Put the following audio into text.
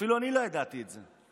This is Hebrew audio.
אפילו אני לא ידעתי את זה.